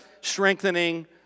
strengthening